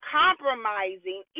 compromising